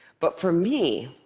but for me,